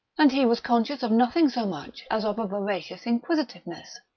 and he was conscious of nothing so much as of a voracious inquisitiveness.